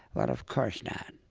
but of course not.